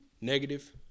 negative